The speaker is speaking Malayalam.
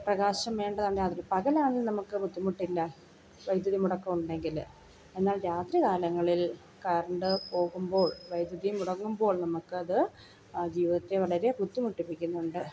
പ്രകാശം വേണ്ടതൊണ്ടാകും പകലാണേ നമുക്ക് ബുദ്ധിമുട്ടില്ല വൈദ്യുതി മൊടക്കുണ്ടെങ്കിൽ എന്നാൽ രാത്രി കാലങ്ങളിൽ കറണ്ട് പോകുമ്പോൾ വൈദ്യുതി മുടങ്ങുമ്പോൾ നമുക്കത് അത്ജീവിതത്തെ വളരെ ബുദ്ധിമുട്ടിപ്പിക്കുന്നുണ്ട്